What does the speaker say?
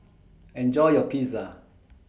Enjoy your Pizza